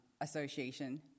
Association